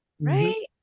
Right